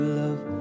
love